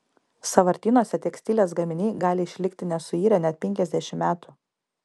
sąvartynuose tekstilės gaminiai gali išlikti nesuirę net penkiasdešimt metų